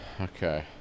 Okay